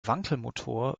wankelmotor